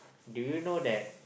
do you know that